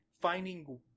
finding